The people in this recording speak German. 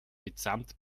mitsamt